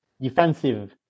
defensive